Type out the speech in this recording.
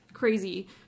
Crazy